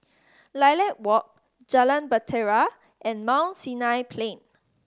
Lilac Walk Jalan Bahtera and Mount Sinai Plain